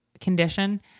condition